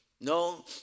No